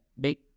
big